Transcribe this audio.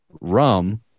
rum